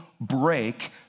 break